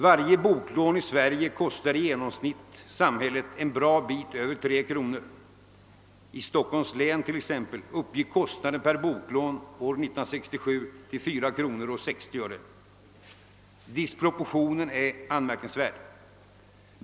Varje boklån i Sverige kostar i genomsnitt samhället en bra bit över 3 kronor. I Stockholms län t.ex. uppgick kostnaden per boklån år 1967 till 4 kronor 60 öre. Disproportionen är anmärkningsvärd.